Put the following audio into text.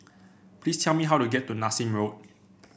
please tell me how to get to Nassim Road